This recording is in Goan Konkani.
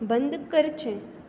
बंद करचें